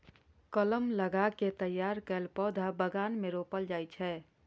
कलम लगा कें तैयार कैल पौधा बगान मे रोपल जाइ छै